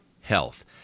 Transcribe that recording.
health